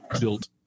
built